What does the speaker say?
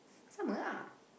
Sama lah